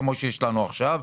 כמו שיש לנו עכשיו,